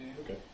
Okay